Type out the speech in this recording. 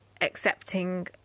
accepting